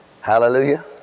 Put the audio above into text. Hallelujah